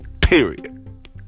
Period